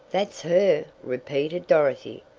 that's her! repeated dorothy.